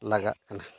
ᱞᱟᱜᱟᱜ ᱠᱟᱱᱟ